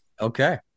Okay